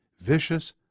vicious